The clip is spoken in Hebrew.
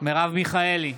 מרב מיכאלי,